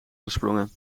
gesprongen